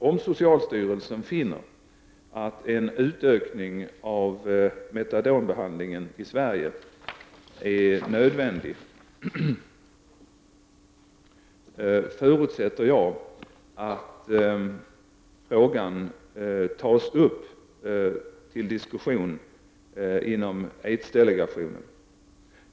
Om socialstyrelsen finner att en utökning av metadonbehandlingen i Sverige är nödvändig förutsätter jag att frågan tas upp till diskussion inom aidsdelegationen.